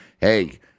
hey